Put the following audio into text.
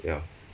ya